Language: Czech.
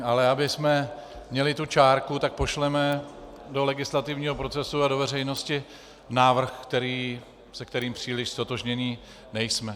Ale abychom měli tu čárku, tak pošleme do legislativního procesu a do veřejnosti návrh, se kterým příliš ztotožněni nejsme.